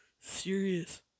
serious